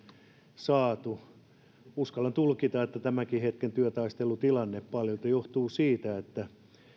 saatu uskallan tulkita että tämänkin hetken työtaistelutilanne paljolti johtuu siitä että